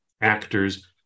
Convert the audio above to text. actors